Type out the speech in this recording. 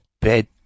bed